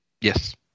Yes